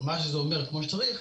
מה זה אומר כמו שצריך?